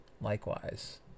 likewise